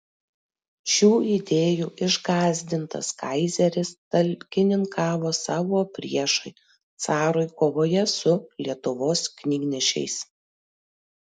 šių idėjų išgąsdintas kaizeris talkininkavo savo priešui carui kovoje su lietuvos knygnešiais